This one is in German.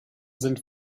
sind